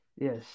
Yes